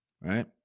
Right